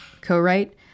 Co-write